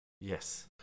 Yes